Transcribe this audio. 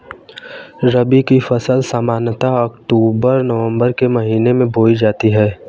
रबी की फ़सल सामान्यतः अक्तूबर नवम्बर के महीने में बोई जाती हैं